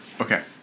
okay